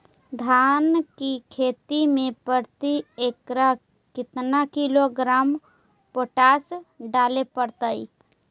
धान की खेती में प्रति एकड़ केतना किलोग्राम पोटास डाले पड़तई?